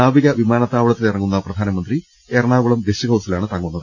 നാവിക വിമാനത്താവളത്തിലിറ ങ്ങുന്ന പ്രധാനമന്ത്രി എറണാകുളം ഗസ്റ്റ് ഹൌസിലാണ് തങ്ങുന്നത്